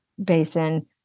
basin